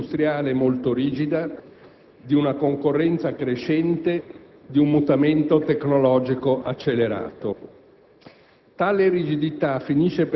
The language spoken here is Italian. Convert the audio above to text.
in presenza di una struttura industriale molto rigida, di una concorrenza crescente, di un mutamento tecnologico accelerato.